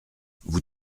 vous